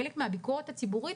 חלק מהביקורת הציבורית,